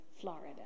Florida